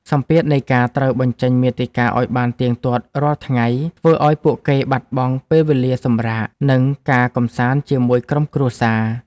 សម្ពាធនៃការត្រូវបញ្ចេញមាតិកាឱ្យបានទៀងទាត់រាល់ថ្ងៃ ធ្វើឱ្យពួកគេបាត់បង់ពេលវេលាសម្រាក និងការកម្សាន្តជាមួយក្រុមគ្រួសារ។